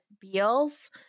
Beals